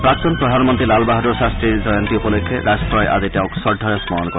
প্ৰাক্তন প্ৰধানমন্ত্ৰী লাল বাহাদুৰ শাস্ত্ৰীৰ জয়ন্তী উপলক্ষে ৰাষ্ট্ৰই আজি তেওঁক শ্ৰদ্ধাৰে স্মৰণ কৰে